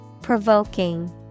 Provoking